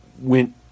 went